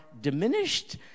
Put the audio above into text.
diminished